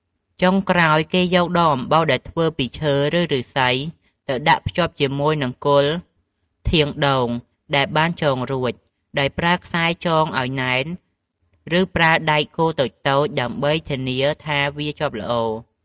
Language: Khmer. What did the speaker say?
ចុងក្រោយគេយកដងអំបោសដែលធ្វើពីឈើ ឬឫស្សីទៅដាក់ភ្ជាប់ជាមួយនឹងគល់ធាងដូងដែលបានចងរួច ដោយប្រើខ្សែចងឲ្យណែន ឬប្រើដែកគោលតូចៗ ដើម្បីធានាថាវាជាប់ល្អ។